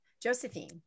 Josephine